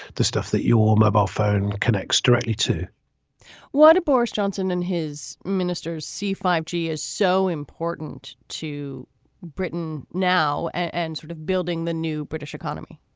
the stuff that your mobile phone connects directly to why did boris johnson and his ministers see five g is so important to britain now and sort of building the new british economy?